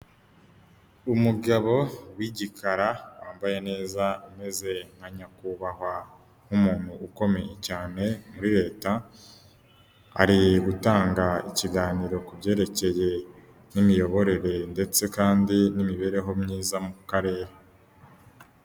Umugabo w'igikara wambaye neza umeze nka nyakubahwa nk'umuntu ukomeye cyane muri leta, ari gutanga ikiganiro ku byerekeye n'imiyoborere ndetse kandi n'imibereho myiza mu karere.